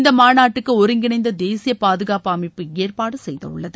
இந்த மாநாட்டுக்கு ஒருங்கிணைந்த தேசிய பாதுகாப்பு அமைப்பு ஏற்பாடு செய்துள்ளது